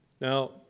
Now